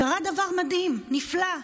קרה דבר מדהים, נפלא,